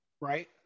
right